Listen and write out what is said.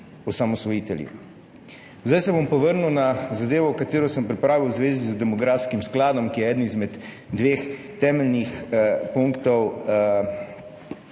Zdaj se bom pa vrnil na zadevo, ki sem jo pripravil v zvezi z demografskim skladom, ki je eden izmed dveh temeljnih punktov